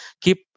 keep